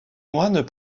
moines